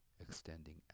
extending